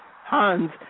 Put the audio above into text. Hans